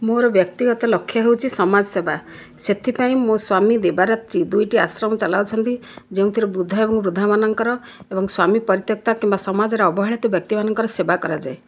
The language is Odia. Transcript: ମୋର ବ୍ୟକ୍ତିଗତ ଲକ୍ଷ୍ୟ ହେଉଛି ସମାଜ ସେବା ସେଥିପାଇଁ ମୋ' ସ୍ୱାମୀ ଦିବାରାତ୍ରି ଦୁଇଟି ଆଶ୍ରମ ଚଳାଉଛନ୍ତି ଯେଉଁଥିରେ ବୃଦ୍ଧ ଆଉ ବୃଦ୍ଧାମାନଙ୍କର ଏବଂ ସ୍ୱାମୀ ପରିୟତ୍ୟକ୍ତ କିମ୍ବା ସମାଜରେ ଅବହେଳିତ ବ୍ୟକ୍ତିମାନଙ୍କର ସେବା କରାଯାଏ